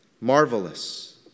Marvelous